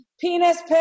penis